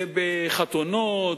בחתונות,